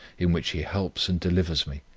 in which he helps and delivers me,